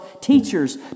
teachers